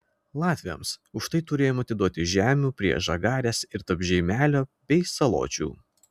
latviams už tai turėjome atiduoti žemių prie žagarės ir tarp žeimelio bei saločių